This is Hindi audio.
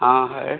हाँ है